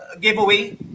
giveaway